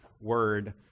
Word